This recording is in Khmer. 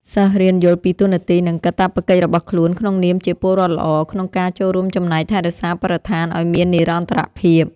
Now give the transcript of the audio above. សិស្សរៀនយល់ពីតួនាទី និងកាតព្វកិច្ចរបស់ខ្លួនក្នុងនាមជាពលរដ្ឋល្អ ក្នុងការចូលរួមចំណែកថែរក្សាបរិស្ថានឱ្យមាននិរន្តរភាព។